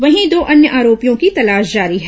वहीं दो अन्य आरोपियों की तलाश जारी है